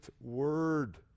word